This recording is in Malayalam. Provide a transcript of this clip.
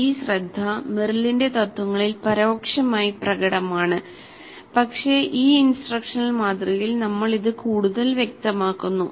ഈ "ശ്രദ്ധ" മെറിലിന്റെ തത്ത്വങ്ങളിൽ പരോക്ഷമായി പ്രകടമാണ് പക്ഷേ ഈ ഇൻസ്ട്രക്ഷണൽ മാതൃകയിൽ നമ്മൾ ഇത് കൂടുതൽ വ്യക്തമാക്കുന്നു